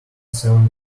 seven